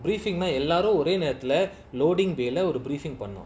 briefing nah எல்லாரும்ஒரேநேரத்துல:ellarum ore nerathula loading way lah ஒரு:oru the briefing point lah